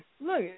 look